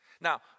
Now